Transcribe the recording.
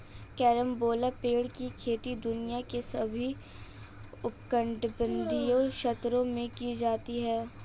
carambola पेड़ की खेती दुनिया के सभी उष्णकटिबंधीय क्षेत्रों में की जाती है